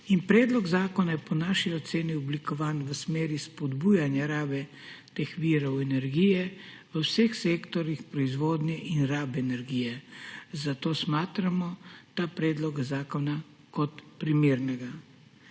Predlog zakona je po naši oceni oblikovan v smeri spodbujanja rabe teh virov energije v vseh sektorjih proizvodnje in rabe energije, zato smatramo ta predlog zakona kot primernega.